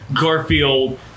Garfield